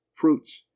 fruits